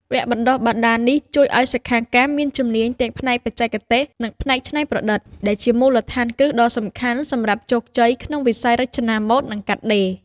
វគ្គបណ្តុះបណ្តាលនេះជួយឱ្យសិក្ខាកាមមានជំនាញទាំងផ្នែកបច្ចេកទេស និងផ្នែកច្នៃប្រឌិត ដែលជាមូលដ្ឋានគ្រឹះដ៏សំខាន់សម្រាប់ជោគជ័យក្នុងវិស័យរចនាម៉ូដ និងកាត់ដេរ។